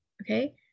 okay